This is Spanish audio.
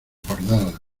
bordadas